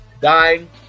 dying